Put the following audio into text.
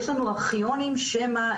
יש לנו ארכיונים שמע,